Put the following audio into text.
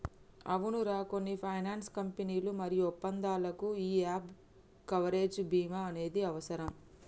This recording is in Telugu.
అవునరా కొన్ని ఫైనాన్స్ కంపెనీలు మరియు ఒప్పందాలకు యీ గాప్ కవరేజ్ భీమా అనేది అవసరం